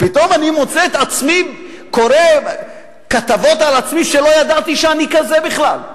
פתאום אני מוצא את עצמי קורא כתבות על עצמי שלא ידעתי שאני כזה בכלל.